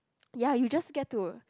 ya you just get to